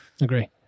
Agree